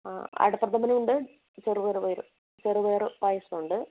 ആഹ് അടപ്രഥമനുണ്ട് ചെറുപയർ പയർ ചെറുപയർ പായസമുണ്ട്